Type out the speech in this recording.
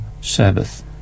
Sabbath